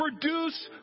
produce